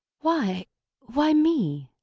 why why me?